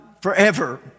forever